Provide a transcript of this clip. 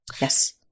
Yes